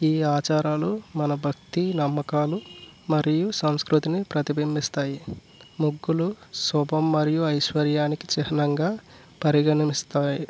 ఈ ఆచారాలు మన భక్తి నమ్మకాలు మరియు సంస్కృతిని ప్రతిబింబిస్తాయి ముగ్గులు శుభం మరియు ఐశ్వర్యానికి చిహ్నంగా పరిగణమిస్తాయి